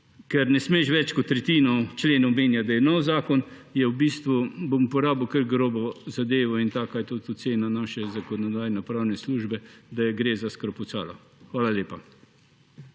ker ne smeš več kot tretjine členov v zakonu menjati, da je nov zakon. V bistvu bom uporabil kar grobo zadevo – in taka je tudi ocena naše Zakonodajno-pravne službe –, da gre za skropucalo. Hvala lepa.